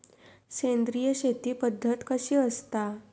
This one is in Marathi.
सेंद्रिय शेती पद्धत कशी असता?